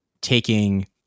taking